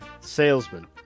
Salesman